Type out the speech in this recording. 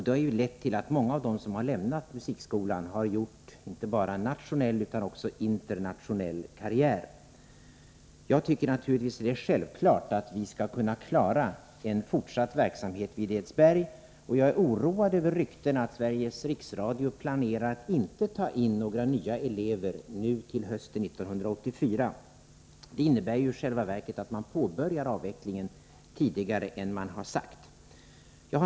Det har ju lett till att många av dem som lämnat Edsbergs musikskola har gjort inte bara nationell utan också internationell karriär. Jag tycker det är självklart att vi skall kunna klara en fortsatt verksamhet vid Edsberg, och jag är oroad över ryktena att Sveriges Riksradio planerar att inte ta in några nya elever nu till hösten 1984. Det innebär ju i själva verket att man påbörjar avvecklingen tidigare än man har sagt.